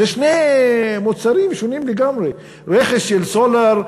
זה שני מוצרים שונים לגמרי: רכש של סולר,